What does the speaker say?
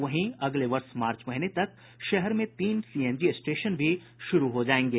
वहीं अगले वर्ष मार्च महीने तक शहर में तीन सीएनजी स्टेशन भी शुरू हो जायेंगे